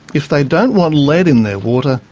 if they don't want lead in their water,